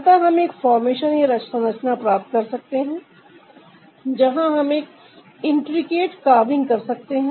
अतः हम एक फॉर्मेशन या संरचना प्राप्त कर सकते हैं जहां हम एक इंन्ट्रीक्रेट कार्विंग कर सकते है